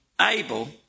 able